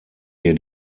wir